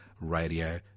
Radio